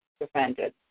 defended